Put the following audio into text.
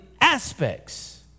aspects